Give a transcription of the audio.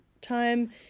time